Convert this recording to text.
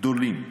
גדולים,